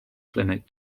clinic